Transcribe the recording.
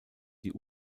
die